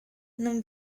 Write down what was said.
non